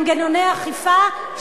מנגנוני אכיפה,